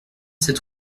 sept